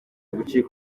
gucika